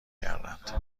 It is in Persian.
کردند